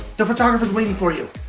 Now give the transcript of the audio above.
the photographer's waiting for you.